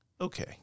okay